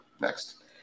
Next